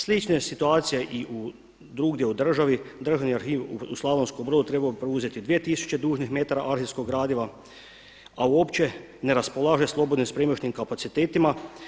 Slična je situacija i drugdje u državi, Državni arhiv u Slavonskom Brodu trebao bi preuzeti dvije tisuće dužnih metara arhivskog gradiva, a uopće ne raspolaže slobodnim spremišnim kapacitetima.